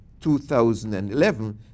2011